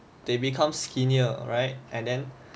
they become skinnier right and then